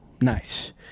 Nice